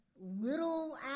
little